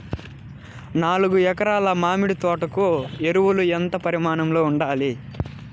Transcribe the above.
నాలుగు ఎకరా ల మామిడి తోట కు ఎరువులు ఎంత పరిమాణం లో ఉండాలి?